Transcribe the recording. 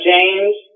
James